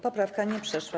Poprawka nie przeszła.